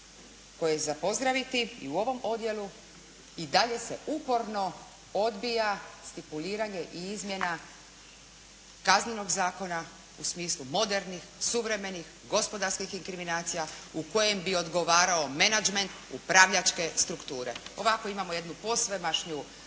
koje je za pozdraviti i u ovom odjelu i dalje se uporno odbija stipuliranje i izmjena Kaznenog zakona u smislu modernih, suvremenih, gospodarskih inkriminacija u kojem bi odgovarao menadžment upravljačke strukture. Ovako imamo jednu posvemašniju, jedan